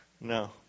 No